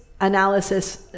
analysis